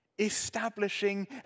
establishing